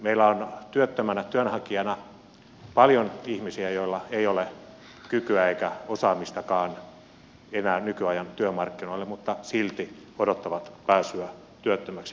meillä on työttömänä työnhakijana paljon ihmisiä joilla ei ole kykyä eikä osaamistakaan enää nykyajan työmarkkinoille mutta silti odottavat pääsyä työhön